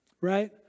right